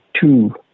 two